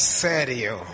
sério